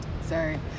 sorry